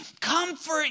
comfort